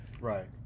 right